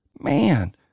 Man